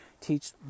teach